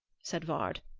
said vard.